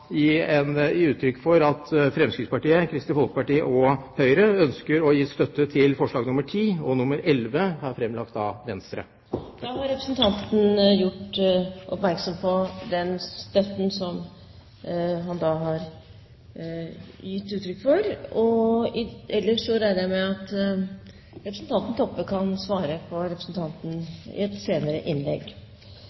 gi uttrykk for at Fremskrittspartiet, Kristelig Folkeparti og Høyre ønsker å gi støtte til forslagene nr. 10 og 11, som er fremlagt av Venstre. Presidenten er da gjort oppmerksom på den støtten representanten Per Arne Olsen har gitt uttrykk for. Ellers regner presidenten med at representanten Toppe kan svare representanten i et senere innlegg. Det har vært umåtelig merkelig å høre på